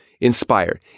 Inspire